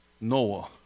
Noah